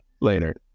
later